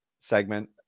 segment